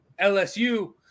LSU